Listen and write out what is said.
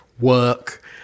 work